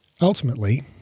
ultimately